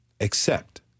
accept